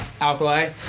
Alkali